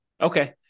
Okay